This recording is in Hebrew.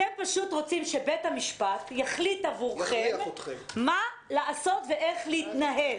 אתם פשוט רוצים שבית המשפט יחליט עבורכם מה לעשות ואיך להתנהל.